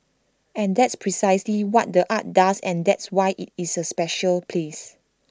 and that's precisely what the art does and that's why IT is A special place